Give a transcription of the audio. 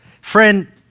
Friend